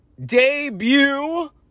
Debut